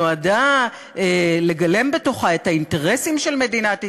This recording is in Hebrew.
שנועדה לגלם בתוכה את האינטרסים של מדינת ישראל,